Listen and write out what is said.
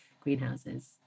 greenhouses